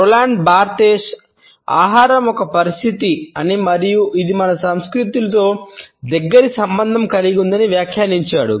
Roland Barthes ఆహారం ఒక పరిస్థితి అని మరియు ఇది మన సంస్కృతితో దగ్గరి సంబంధం కలిగి ఉందని వ్యాఖ్యానించాడు